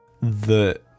The-